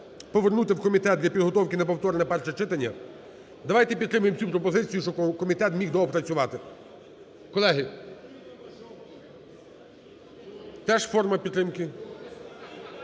повернути в комітет для підготовки на повторне перше читання. Давайте підтримаємо цю пропозицію, щоб комітет міг доопрацювати. Колеги… Теж форма підтримки.